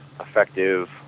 effective